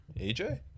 AJ